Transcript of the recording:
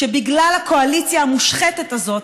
שבגלל הקואליציה המושחתת הזאת,